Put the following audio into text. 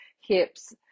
hips